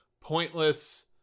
pointless